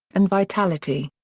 and vitality.